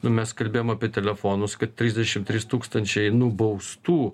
nu mes kalbėjom apie telefonus kad trisdešim trys tūkstančiai nubaustų